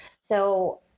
So-